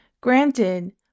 Granted